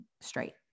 straight